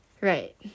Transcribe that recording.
Right